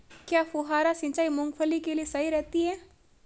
क्या फुहारा सिंचाई मूंगफली के लिए सही रहती है?